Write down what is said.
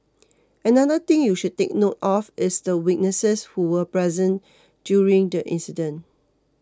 another thing you should take note of is the witnesses who were present during the incident